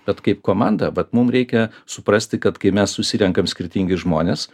bet kaip komanda vat mums reikia suprasti kad kai mes susirenkam skirtingi žmonės